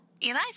Eliza